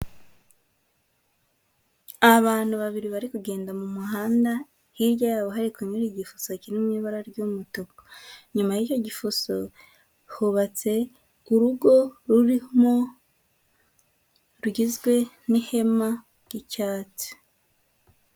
Abantu babiri bari kugenda mu muhanda, hirya yabo hari kunyura igifusa kiri mu ibara ry'umutuku, nyuma y'icyo gifuso hubatse urugo rurimo rugizwe n'ihema ry'icyatsi.